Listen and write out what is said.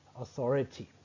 authority